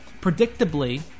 Predictably